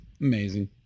Amazing